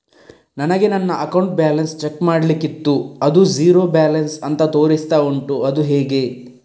ನನಗೆ ನನ್ನ account balance check ಮಾಡ್ಲಿಕ್ಕಿತ್ತು ಅದು ಝೀರೋ ಬ್ಯಾಲೆನ್ಸ್ ಅಂತ ತೋರಿಸ್ತಾ ಉಂಟು ಅದು ಹೇಗೆ?